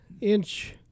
inch